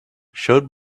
showed